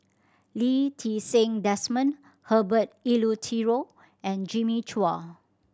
Lee Ti Seng Desmond Herbert Eleuterio and Jimmy Chua